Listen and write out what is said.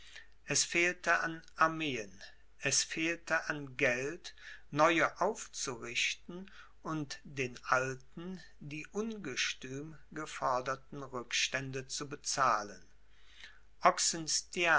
es fehlte an armeen es fehlte an geld neue aufzurichten und den alten die ungestüm geforderten rückstände zu bezahlen